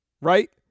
right